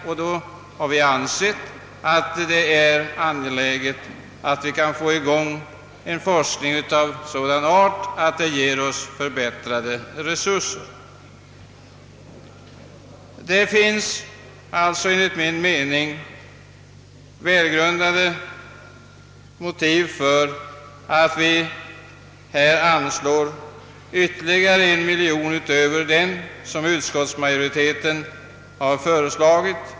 Vi har emellertid ansett att det nu är angeläget att vi får i gång en forskning av sådan art att den ger oss förbättrade ekonomiska resurser. Det finns alltså enligt min mening välgrundade motiv för att anslå ytterligare en miljon utöver det belopp som utskottsmajoriteten föreslagit.